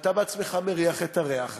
ואתה בעצמך מריח את הריח הזה,